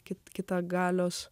kits kitą galios